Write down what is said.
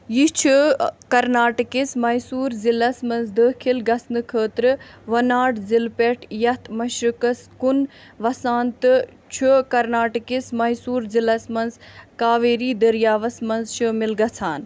یہِ چھُ کرناٹک کِس میسور ضلعس مَنٛز دٲخل گژھنہٕ خٲطرٕ وائناڈ ضلعہٕ پٮ۪ٹھ یِتھ مشرقس کُن وَسان تہٕ چھُ کرناٹک کِس میسور ضلعس مَنٛز کاویری دٔریاوَس مَنٛز شٲمِل گژھان